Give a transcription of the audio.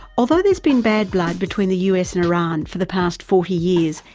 although there's been bad blood between the us and iran for the past forty years,